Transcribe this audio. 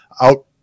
out